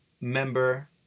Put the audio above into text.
member